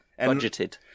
Budgeted